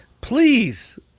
Please